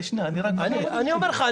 חצי שנה.